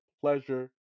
pleasure